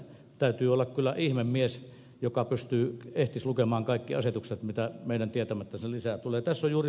täytyisi olla kyllä ihmemies jotta ehtisi lukemaan kaikki asetukset mitä meidän tietämättämme tulee lisää